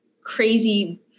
crazy